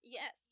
Yes